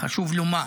חשוב לומר.